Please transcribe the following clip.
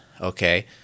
Okay